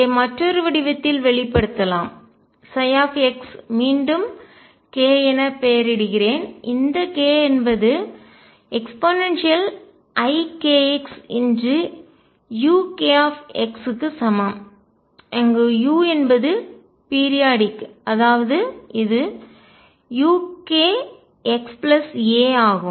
இதை மற்றொரு வடிவத்தில் வெளிப்படுத்தலாம் ψமீண்டும் k என பெயரிடுகிறேன் இந்த k என்பது eikxuk க்கு சமம் அங்கு u என்பது பீரியாடிக் குறிப்பிட்ட கால இடைவெளி அதாவது இது ukxa ஆகும்